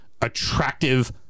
attractive